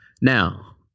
Now